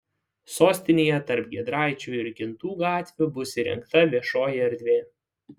sostinėje tarp giedraičių ir kintų gatvių bus įrengta viešoji erdvė